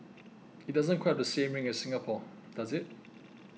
it doesn't quite have the same ring as Singapore does it